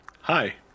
Hi